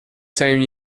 same